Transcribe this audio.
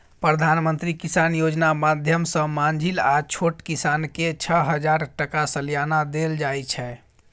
प्रधानमंत्री किसान योजना माध्यमसँ माँझिल आ छोट किसानकेँ छअ हजार टका सलियाना देल जाइ छै